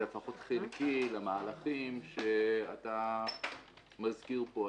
לפחות חלקי למהלכים שאתה מזכיר פה היום.